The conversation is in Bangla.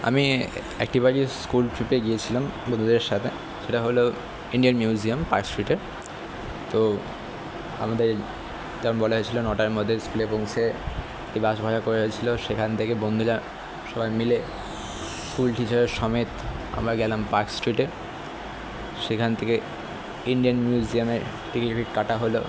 আমি একটিবারই স্কুল ট্রিপে গিয়েছিলাম বন্ধুদের সাথে সেটা হলো ইন্ডিয়ান মিউজিয়াম পার্ক স্ট্রিটে তো আমাদের তেমন বলা হয়েছিলো নটার মধ্যে স্কুলে পৌঁছে যে বাস ভাড়া করে রেখেছিলো সেখান থেকে বন্ধুরা সবাই মিলে স্কুল টিচারের সমেত আমরা গেলাম পার্ক স্ট্রিটে সেখান থেকে ইন্ডিয়ান মিউজিয়ামে টিকিট কাটা হলো